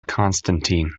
constantine